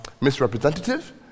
misrepresentative